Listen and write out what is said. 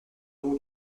nom